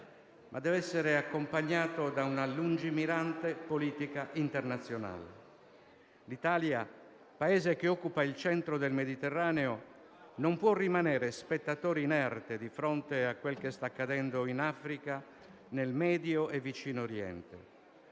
ma dev'essere accompagnato da una lungimirante politica internazionale. L'Italia, Paese che occupa il centro del Mediterraneo, non può rimanere spettatore inerte di fronte a quel che sta accadendo in Africa, nel medio e vicino Oriente.